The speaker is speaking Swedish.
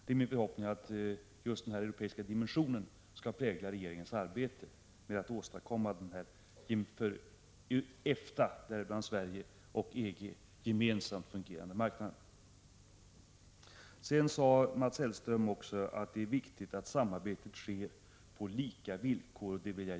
Det är min förhoppning att just denna europeiska dimension skall prägla regeringens arbete på att åstadkomma denna för EG och EFTA gemensamt fungerande marknad. Mats Hellström sade också att det är viktigt att samarbetet sker på lika villkor.